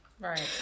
Right